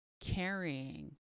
carrying